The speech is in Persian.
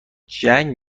جنگ